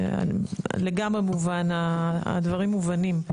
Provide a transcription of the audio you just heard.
הדברים מובנים.